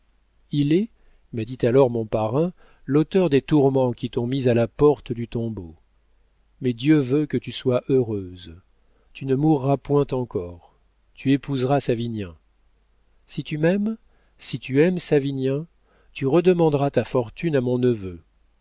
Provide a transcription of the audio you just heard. il est m'a dit alors mon parrain l'auteur des tourments qui t'ont mise à la porte du tombeau mais dieu veut que tu sois heureuse tu ne mourras point encore tu épouseras savinien si tu m'aimes si tu aimes savinien tu redemanderas ta fortune à mon neveu